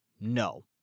No